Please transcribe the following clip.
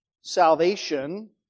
salvation